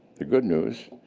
the good news,